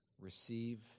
receive